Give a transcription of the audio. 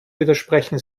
widersprechen